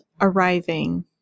arriving